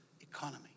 economy